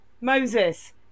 Moses